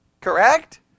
Correct